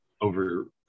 over